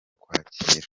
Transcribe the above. kwakirwa